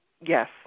Yes